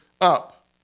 up